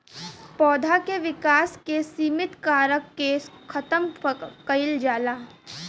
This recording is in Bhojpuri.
पौधा के विकास के सिमित कारक के खतम कईल जाला